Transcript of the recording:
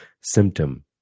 symptom